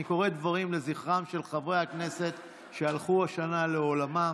אני קורא דברים לזכרם של חברי הכנסת שהלכו השנה לעולמם.